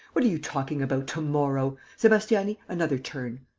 what are you talking about to-morrow. sebastiani, another turn!